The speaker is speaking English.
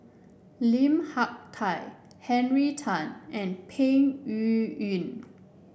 Lim Hak Tai Henry Tan and Peng Yuyun